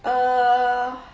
err